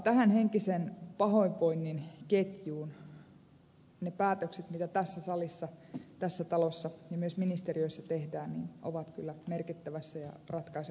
tähän henkisen pahoinvoinnin ketjuun ne päätökset mitä tässä salissa tässä talossa ja myös ministeriöissä tehdään ovat kyllä merkittävässä ja ratkaisevassa asemassa